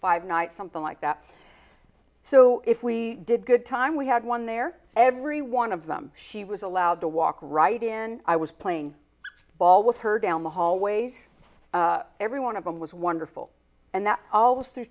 five nights something like that so if we did good time we had one there every one of them she was allowed to walk right in i was playing ball with her down the hallway every one of them was wonderful and that's al